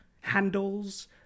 handles